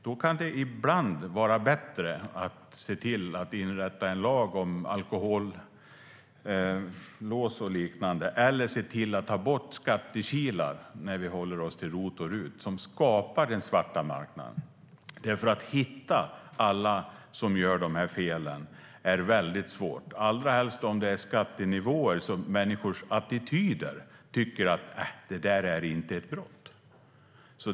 Därför kan det ibland vara bättre att inrätta en lag om alkolås och liknande - eller se till att ta bort skattekilar som skapar den svarta marknaden, om vi håller oss till ROT och RUT. Att hitta alla som gör de här felen är nämligen väldigt svårt, allra helst när det handlar om skattenivåer där människors attityd är att det inte är ett brott.